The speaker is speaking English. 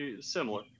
similar